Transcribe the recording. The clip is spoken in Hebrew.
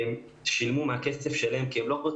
הם שילמו מהכסף שלהם כי הם לא רצו